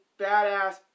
badass